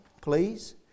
please